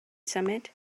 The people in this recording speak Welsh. symud